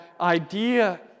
idea